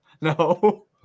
No